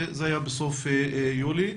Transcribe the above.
זה היה בסוף יולי,